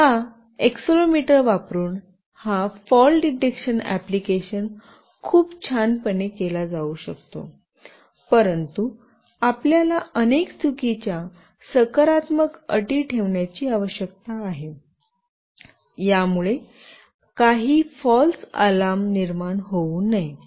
हा एक्सेलेरोमीटर वापरून हा फॉल डिटेक्टशन अँप्लिकेशन खूप छान पणे केला जाऊ शकतो परंतु आपल्याला अनेक चुकीच्या सकारात्मक अटी ठेवण्याची आवश्यकता आहे यामुळे काही फाल्स अलार्म निर्माण होऊ नये